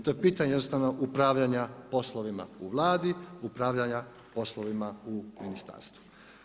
To je pitanje jednostavno upravljanja poslovima u Vladi, upravljanje poslovima u ministarstvu.